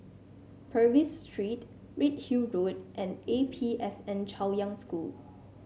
Purvis Street Redhill Road and A P S N Chaoyang School